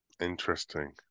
Interesting